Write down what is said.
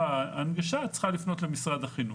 הנגשה היא צריכה לפנות למשרד החינוך.